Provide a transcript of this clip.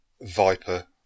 viper